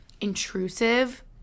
intrusive